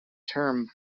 term